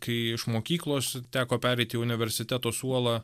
kai iš mokyklos teko pereit į universiteto suolą